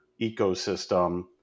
ecosystem